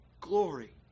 glory